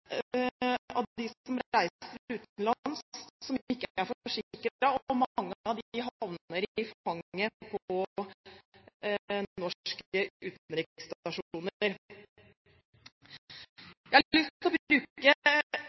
av dem som reiser utenlands, som ikke er forsikret, og mange av dem havner i fanget på norske utenriksstasjoner. Jeg har lyst til å bruke litt tid på